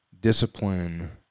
discipline